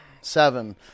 seven